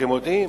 אתם יודעים?